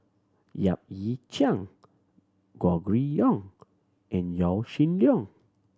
Yap Ee Chian Gregory Yong and Yaw Shin Leong